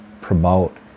promote